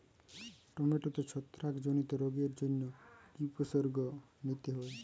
টমেটোতে ছত্রাক জনিত রোগের জন্য কি উপসর্গ নিতে হয়?